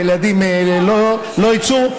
הילדים האלה לא יצאו,